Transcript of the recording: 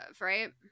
right